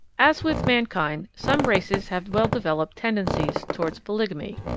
as with mankind, some races have well-developed tendencies toward polygamy.